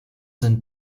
sind